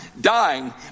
dying